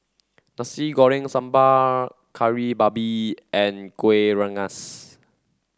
Nasi Goreng Sambal Kari Babi and Kueh Rengas